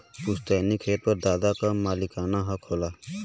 पुस्तैनी खेत पर दादा क मालिकाना हक होला